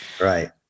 right